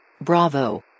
Bravo